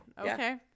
Okay